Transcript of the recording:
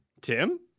tim